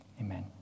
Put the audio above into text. amen